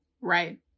Right